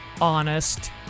honest